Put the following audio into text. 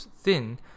thin